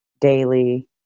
daily